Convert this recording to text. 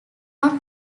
not